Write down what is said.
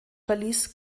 verließ